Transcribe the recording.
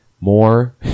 more